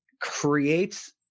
creates